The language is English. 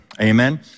Amen